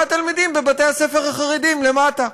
והתלמידים בבתי-הספר החרדיים למטה.